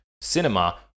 cinema